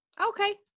Okay